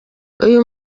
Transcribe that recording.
uyu